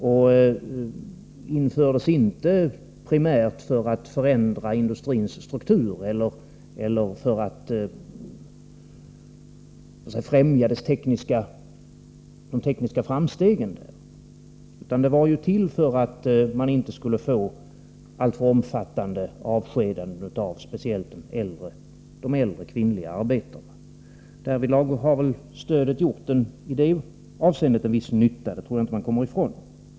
Det infördes inte primärt för att förändra industrins struktur eller för att främja de tekniska framstegen, utan för att det inte skulle bli alltför omfattande avskedanden av speciellt de äldre kvinnliga arbetarna. I det avseendet har nog stödet gjort en viss nytta — det tror jag inte vi kommer ifrån.